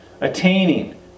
attaining